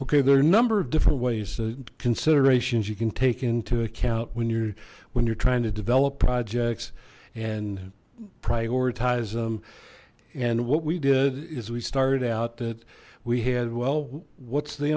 okay there are a number of different ways considerations you can take into account when you're when you're trying to develop projects and prioritize them and what we did is we started out that we had well what's the